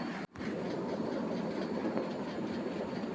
genetic modification सें फसल केरो उत्पादन बढ़ाय क व्यापार में लाभ कमैलो जाय छै